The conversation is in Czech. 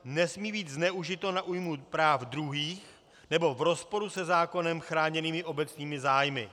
Nesmí být zneužito na újmu práv druhých nebo v rozporu se zákonem chráněnými obecnými zájmy.